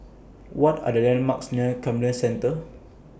What Are The landmarks near Camden Centre